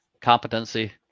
competency